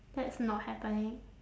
that's not happening